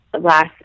last